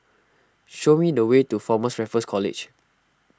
show me the way to formers Raffles College